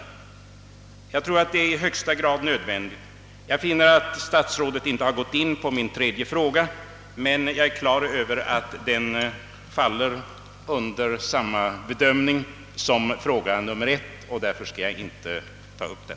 Jag tror att det är i högsta grad påkallat. Jag finner att statsrådet inte har berört min tredje fråga, men jag är på det klara med att den faller under samma bedömning som min första fråga, och därför skall jag inte här ta upp den.